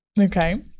Okay